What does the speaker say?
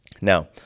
Now